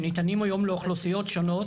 שניתנים היום לאוכלוסיות שונות,